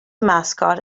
mascot